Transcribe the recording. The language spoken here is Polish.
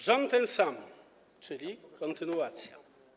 Rząd ten sam, czyli kontynuacja.